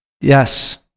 yes